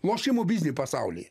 lošimo biznį pasaulyje